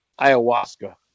ayahuasca